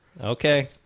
Okay